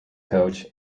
coach